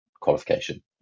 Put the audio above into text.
qualification